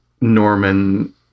Norman